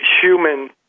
human